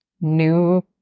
new